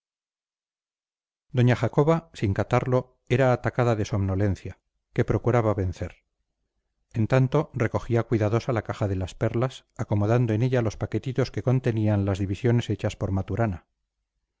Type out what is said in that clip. doña jacoba sin catarlo era atacada de somnolencia que procuraba vencer en tanto recogía cuidadosa la caja de las perlas acomodando en ella los paquetitos que contenían las divisiones hechas por maturana